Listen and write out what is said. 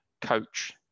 coach